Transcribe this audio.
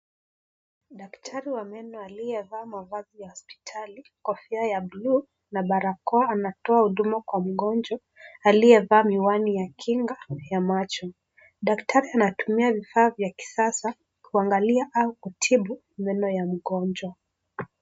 Daktari wa meno aliyevaa mavazi ya hospitali, kofia ya bluu na barakoa, anatoa huduma kwa mgonjwa aliyevaa miwani ya kinga ya macho. Daktari anatumia vifaa vya kisasa kuangalia au kutibu meno ya mgonjwa.